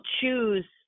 choose